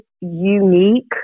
unique